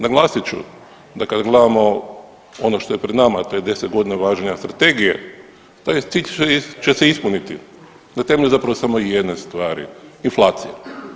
Naglasit ću da kad gledamo ono što je pred nama, a to je 10 godina važenja strategije, taj cilj će se ispuniti na temelju zapravo samo jedne stvari, inflacije.